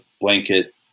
blanket